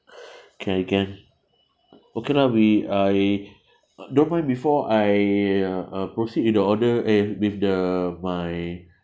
can can okay lah we I don't mind before I uh proceed with the order eh with the my